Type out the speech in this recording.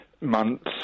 months